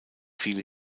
viele